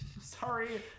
sorry